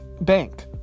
Bank